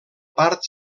part